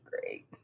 great